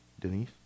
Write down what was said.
Denise